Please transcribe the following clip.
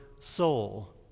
soul